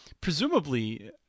presumably